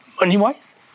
money-wise